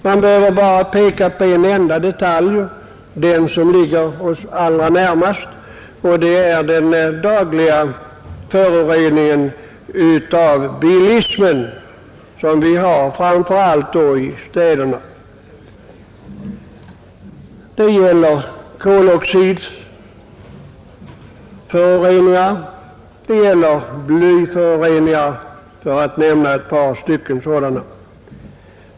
Man behöver bara peka på en enda detalj, den som ligger oss allra närmast, nämligen den dagliga föroreningen från bilismen som vi har framför allt i städerna. Det gäller koloxidföroreningar och blyföroreningar för att nämna ett par exempel.